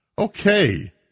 Okay